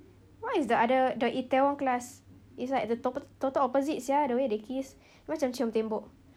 what is the other the itaewon class is like the of tot~ total opposite sia the way the kiss macam cium tembok